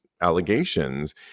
allegations